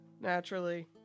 Naturally